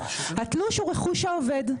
התלוש הוא רכוש העובד'.